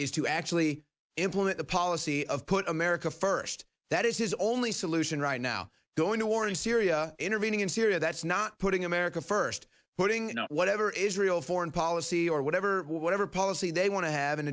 is to actually implement the policy of put america first that is his only solution right now going to war in syria intervening in syria that's not putting america first footing whatever israel foreign policy or whatever or whatever policy they want to have an